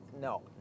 No